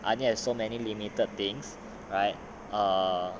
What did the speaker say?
I only have so many limited things right err